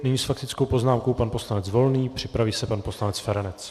Nyní s faktickou poznámkou pan poslanec Volný, připraví se pan poslanec Feranec.